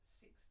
six